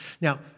Now